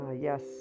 yes